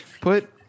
Put